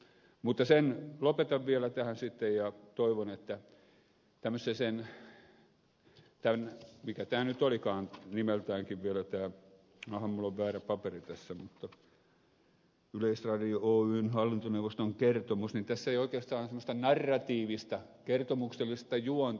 mutta lopetan vielä tähän sitten ja toivon että tässä mikä tämä nyt olikaan nimeltäänkin vielä tämä aha minulla on väärä paperi tässä yleisradio oyn hallintoneuvoston kertomus ei ole oikeastaan semmoista narratiivista kertomuksellista juonta